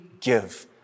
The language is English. give